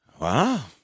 Wow